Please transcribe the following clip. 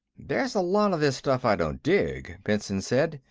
there's a lot of this stuff i don't dig, benson said,